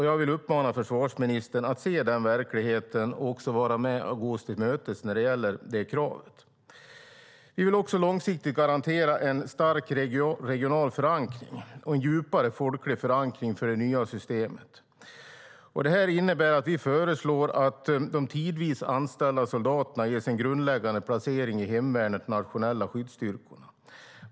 Jag vill uppmana försvarsministern att se den verkligheten och gå oss till mötes när det gäller det kravet. Vi vill också långsiktigt garantera en stark regional förankring och en djupare folklig förankring för det nya systemet. Det innebär att vi föreslår att de tidvis anställda soldaterna ges en grundläggande placering i hemvärnets nationella skyddsstyrkor.